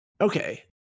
Okay